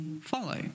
follow